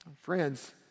Friends